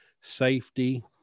safety